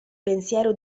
pensiero